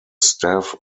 staff